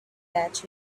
that